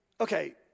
okay